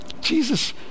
Jesus